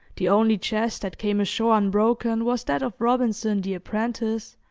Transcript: the only chest that came ashore unbroken was that of robinson the apprentice,